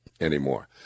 anymore